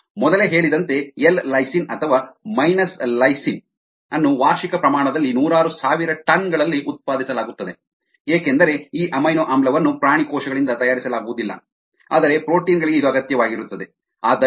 ಮೊದಲೇ ಹೇಳಿದಂತೆ L lysine ಅಥವಾ ಮೈನಸ್ ಲೈಸಿನ್ ಅನ್ನು ವಾರ್ಷಿಕ ಪ್ರಮಾಣದಲ್ಲಿ ನೂರಾರು ಸಾವಿರ ಟನ್ ಗಳಲ್ಲಿ ಉತ್ಪಾದಿಸಲಾಗುತ್ತದೆ ಏಕೆಂದರೆ ಈ ಅಮೈನೊ ಆಮ್ಲವನ್ನು ಪ್ರಾಣಿ ಕೋಶಗಳಿಂದ ತಯಾರಿಸಲಾಗುವುದಿಲ್ಲ ಆದರೆ ಪ್ರೋಟೀನ್ ಗಳಿಗೆ ಇದು ಅಗತ್ಯವಾಗಿರುತ್ತದೆ